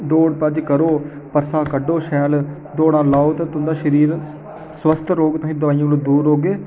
दौड़ भ'ज्ज करो परसा कड्ढो शैल दौड़ां लाओ ते तुं'दा शरीर स्वस्थ रौह्ग तुसें दवाइयें कोला दूर रौह्गे